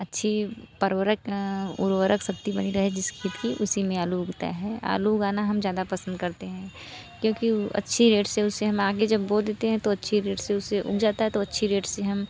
अच्छी उर्वरक उर्वरक शक्ति बनी रहे जिस खेत की उसी में आलू उगता है आलू उगाना हम ज़्यादा पसंद करते हैं क्योंकि उ अच्छी रेट से उसे हम आगे जब बो देते हैं तो अच्छी रेट से उसे उग जाता है तो अच्छी रेट से हम